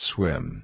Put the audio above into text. Swim